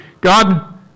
God